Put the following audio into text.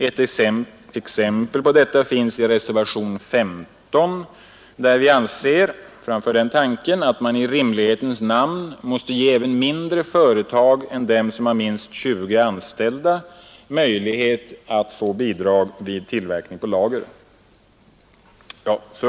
Ett exempel på detta finns i reservationen 15, där vi framför den tanken att man i rimlighetens namn måste ge även mindre företag än dem som har minst 20 anställda möjlighet att få bidrag vid tillverkning på lager.